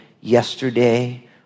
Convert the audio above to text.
yesterday